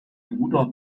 bruder